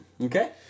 Okay